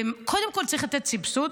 קודם כול צריך לתת סבסוד,